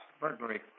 burglary